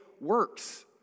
works